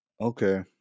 Okay